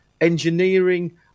engineering